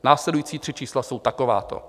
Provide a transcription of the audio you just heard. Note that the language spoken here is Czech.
Následující tři čísla jsou takováto.